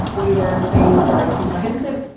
we were being very comprehensive.